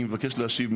אני מבקש להשיב,